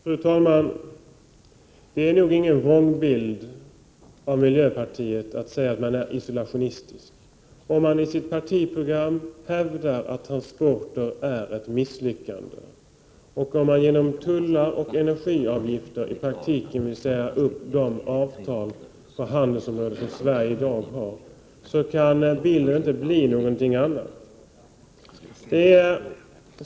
Fru talman! Det är inte att måla någon vrångbild av miljöpartiet att säga att det är isolationistiskt. Om man i sitt partiprogram hävdar att transporter är ett misslyckande, och om man genom tullar och energiavgifter i praktiken vill säga upp de avtal på handelsområdet som Sverige i dag har, kan bilden inte bli en annan.